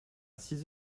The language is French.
six